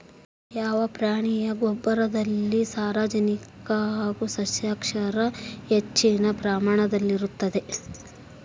ಯಾವ ಪ್ರಾಣಿಯ ಗೊಬ್ಬರದಲ್ಲಿ ಸಾರಜನಕ ಹಾಗೂ ಸಸ್ಯಕ್ಷಾರ ಹೆಚ್ಚಿನ ಪ್ರಮಾಣದಲ್ಲಿರುತ್ತದೆ?